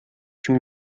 чему